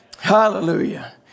Hallelujah